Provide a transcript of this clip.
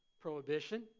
prohibition